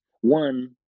one